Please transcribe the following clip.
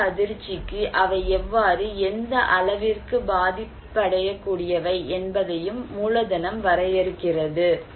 குறிப்பிட்ட அதிர்ச்சிக்கு அவை எவ்வாறு எந்த அளவிற்கு பாதிக்கப்படக்கூடியவை என்பதையும் மூலதனம் வரையறுக்கிறது